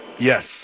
Yes